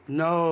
no